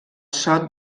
sot